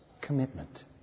commitment